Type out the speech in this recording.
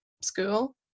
school